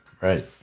Right